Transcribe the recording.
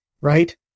right